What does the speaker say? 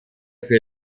für